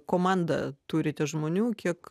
komandą turite žmonių kiek